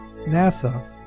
NASA